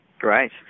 Great